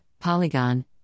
Polygon